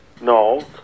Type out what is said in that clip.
No